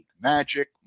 magic